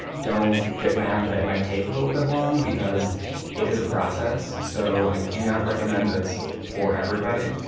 don't get mad that it might take a little bit long because it is a process. so i do not recommend this for everybody,